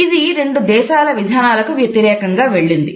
ఇది రెండు దేశాల విధానాలకు వ్యతిరేకంగా వెళ్ళింది